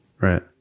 Right